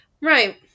Right